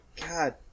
God